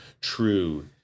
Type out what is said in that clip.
true